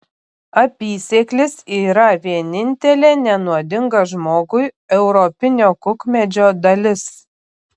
apysėklis yra vienintelė nenuodinga žmogui europinio kukmedžio dalis